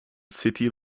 city